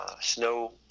snow